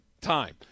time